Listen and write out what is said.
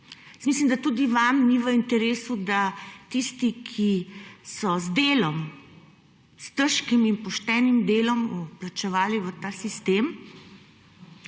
Mislim, da tudi vam ni v interesu, da tisti, ki so z delom, s težkim in poštenim delom, vplačevali v ta sistem,